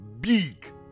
big